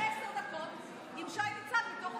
הוא דיבר עשר דקות עם שי ניצן מתוך הזירה.